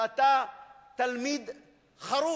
חבר הכנסת דנון, שאתה תלמיד חרוץ,